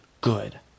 good